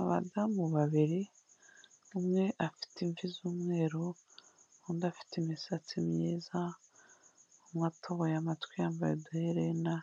Abadamu babiri umwe afite imvi z'umweru undi afite imisatsi myiza watoboye amatwi yambaye uduherena,